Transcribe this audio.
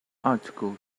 article